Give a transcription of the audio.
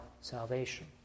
salvation